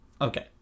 Okay